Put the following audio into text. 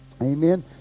Amen